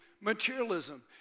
materialism